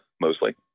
mostly